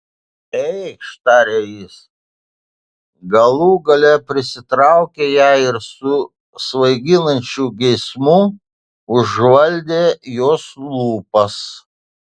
eikš tarė jis galų gale prisitraukė ją ir su svaiginančiu geismu užvaldė jos lūpas